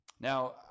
Now